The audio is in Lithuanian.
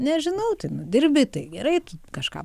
nežinau tai nu dirbi tai gerai kažką